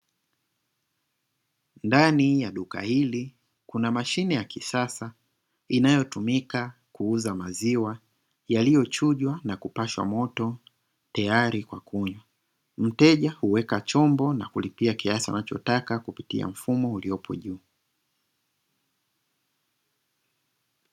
Ndani ya duka hili kuna mashine ya kisasa inayotumika kuuza maziwa yaliyo chujwa na kupashwa moto tayari kwa kunywa, mteja huweka chombo na kulupia kiasi anachotaka kupitia mfumo uliopo juu.